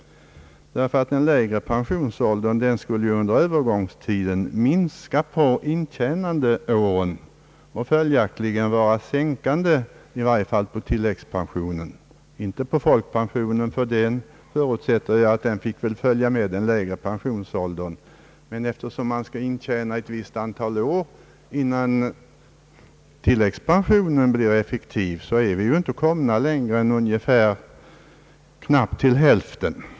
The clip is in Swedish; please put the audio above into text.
En lägre pensionsålder skulle nämligen under övergångstiden minska antalet intjänandeår och följaktligen verka sänkande, i varje fall på tilläggspensionen. — I fråga om folkpensionen förutsättes tydligen att den skall behållas oförändrad vid den lägre pensionsåldern. Men eftersom det erfordras ett visst antal pensionsgrundande år, innan tilläggspensionen blir effektiv, innebär en lägre pensionsålder en reducering av denna pension.